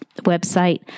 website